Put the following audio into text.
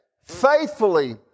faithfully